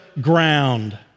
ground